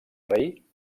rei